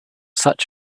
such